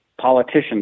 politicians